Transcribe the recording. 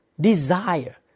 desire